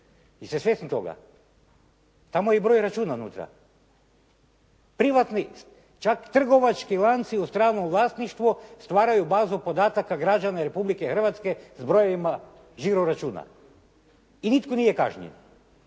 Jeste svjesni toga? Tamo je i broj računa unutra. Privatni, čak trgovački lanci u stranom vlasništvu stvaraju bazu podataka građana Republike Hrvatske s brojevima žiro računa i nitko nije kažnjen.